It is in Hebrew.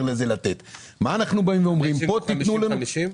אנחנו אומרים: תנו לנו 40%-60%,